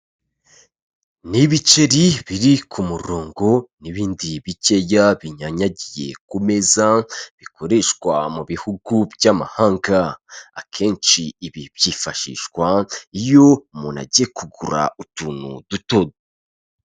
Ni ibiceri biri ku murongo n'ibindi bikeya binyanyagiye ku meza bikoreshwa mu bihugu by'amahanga. Akenshi ibi byifashishwa iyo umuntu agiye kugura utuntu duto.